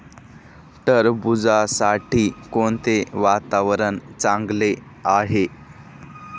टरबूजासाठी कोणते वातावरण चांगले आहे?